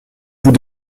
vous